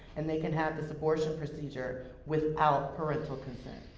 and they can have this abortion procedure without parental consent.